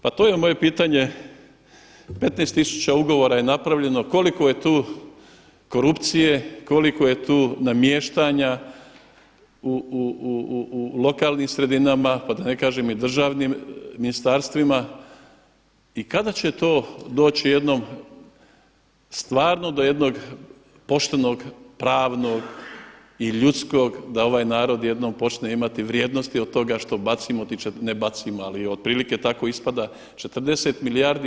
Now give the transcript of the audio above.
Pa to je i moje pitanje, 15 tisuća ugovora je napravljeno, koliko je tu korupcije, koliko je tu namještanja u lokalnim sredinama, pa da ne kažem i državnim, ministarstvima i kada će to doći jednom stvarno do jednog poštenog, pravnog i ljudskog da ovaj narod jednom počne imati vrijednosti od toga što bacimo, ne bacimo ali otprilike tako ispada, 40 milijardi?